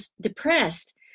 depressed